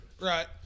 right